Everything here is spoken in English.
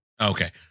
okay